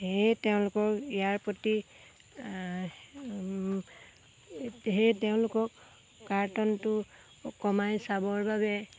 সেয়ে তেওঁলোকৰ ইয়াৰ প্ৰতি সেয়ে তেওঁলোকক কাৰ্টুনটো কমাই চাবৰ বাবে